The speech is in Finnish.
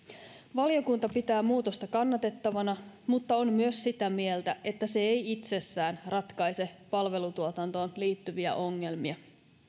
valiokunta pitää muutosta kannatettavana mutta on myös sitä mieltä että se ei itsessään ratkaise palvelutuotantoon liittyviä ongelmia